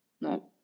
No